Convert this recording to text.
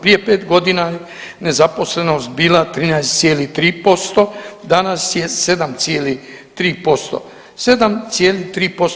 Prije 5 godina nezaposlenost bila 13,3%, danas je 7,3%